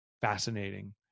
fascinating